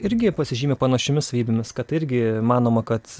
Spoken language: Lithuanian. irgi pasižymi panašiomis savybėmis kad irgi manoma kad